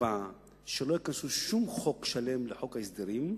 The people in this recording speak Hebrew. שתקבע שלא ייכנס שום חוק שלם לחוק ההסדרים,